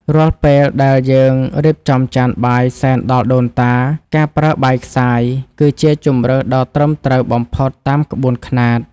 រាល់ពេលដែលយើងរៀបចំចានបាយសែនដល់ដូនតា ការប្រើបាយខ្សាយ គឺជាជម្រើសដ៏ត្រឹមត្រូវបំផុតតាមក្បួនខ្នាត។